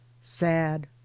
sad